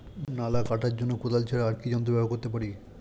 নালা কাটার জন্য কোদাল ছাড়া আর কি যন্ত্র ব্যবহার করতে পারি?